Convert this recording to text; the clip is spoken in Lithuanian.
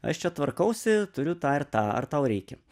aš čia tvarkausi turiu tą ir tą ar tau reikia